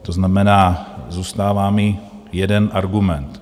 To znamená, zůstává mi jeden argument.